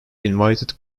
invited